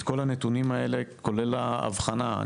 את כל הנתונים האלה כולל ההבחנה.